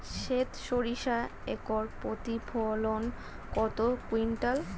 সেত সরিষা একর প্রতি প্রতিফলন কত কুইন্টাল?